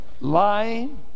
Lying